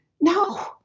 no